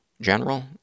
general